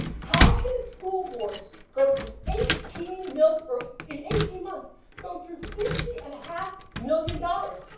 how can a school board go through eighteen million or in eighteen months go through fifty and a half million dollars.